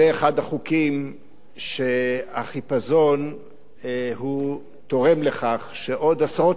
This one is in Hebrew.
זה אחד החוקים שהחיפזון בהם תורם לכך שעוד עשרות